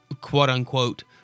quote-unquote